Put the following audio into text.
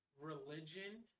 religion